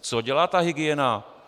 Co dělá ta hygiena?